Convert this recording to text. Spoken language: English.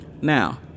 Now